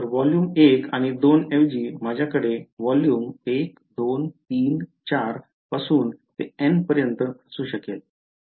तर व्हॉल्यूम 1 आणि 2 ऐवजी माझ्याकडे व्हॉल्यूम 1 2 3 4 पासून n पर्यन्त असू शकेल